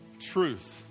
truth